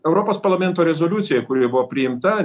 europos parlamento rezoliucijoj kuri buvo priimta dėl